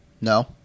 No